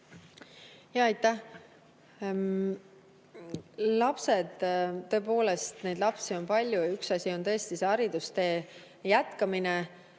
Aitäh! Lapsed. Tõepoolest, neid lapsi on palju. Üks asi on tõesti haridustee jätkamine.